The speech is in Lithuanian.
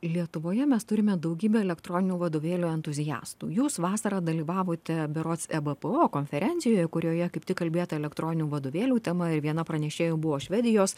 lietuvoje mes turime daugybę elektroninių vadovėlių entuziastų jūs vasarą dalyvavote berods ebpo konferencijoje kurioje kaip tik kalbėta elektroninių vadovėlių tema ir viena pranešėjų buvo švedijos